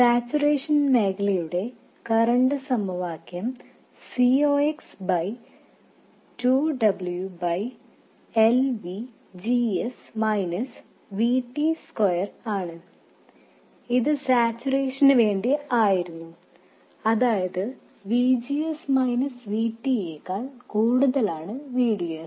saturation മേഖലയുടെ current സമവാക്യം C ox 2 W L V G S V T2 ആണ് ഇത് സാച്ചുറേഷനുവേണ്ടി ആയിരുന്നു അതായത് V G S V T യേക്കാൾ കൂടുതലാണ് V D S